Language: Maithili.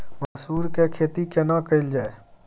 मसूर के खेती केना कैल जाय?